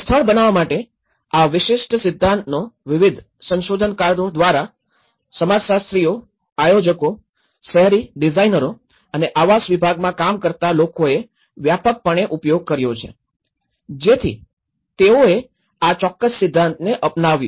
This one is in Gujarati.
અને સ્થળ બનાવવા માટેના આ વિશિષ્ટ સિદ્ધાંતનો વિવિધ સંશોધનકારો દ્વારા સમાજશાસ્ત્રીઓ આયોજકો શહેરી ડિઝાઇનરો અને આવાસ વિભાગમાં કામ કરતા લોકોએ વ્યાપકપણે ઉપયોગ કર્યો છે જેથી તેઓએ આ ચોક્કસ સિદ્ધાંતને અપનાવ્યો